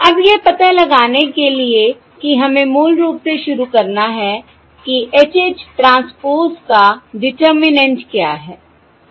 अब यह पता लगाने के लिए कि हमें मूल रूप से शुरू करना है कि H H ट्रांसपोज़ का डिटरमिनेन्ट क्या है सही है